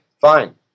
fine